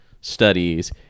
studies